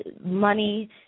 money